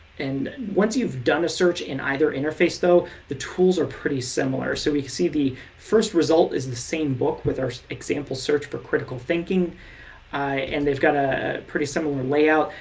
and once you've done a search in either interface though, the tools are pretty similar, so we see the first result is the same book with our example search for critical thinking and they've got a pretty similar layout.